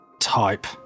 type